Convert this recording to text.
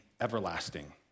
everlasting